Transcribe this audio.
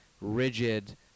rigid